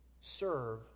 serve